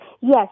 Yes